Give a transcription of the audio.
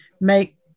make